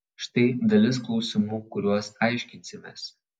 štai dalis klausimų kuriuos aiškinsimės